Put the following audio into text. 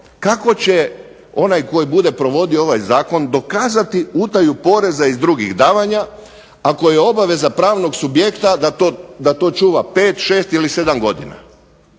kako će onaj koji bude provodio ovaj zakon dokazati utaju poreza iz drugih davanja, ako je obveza pravnog subjekta da to čuva 5, 6 ili 7 godina?